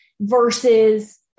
versus